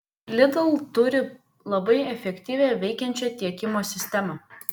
lidl turi labai efektyviai veikiančią tiekimo sistemą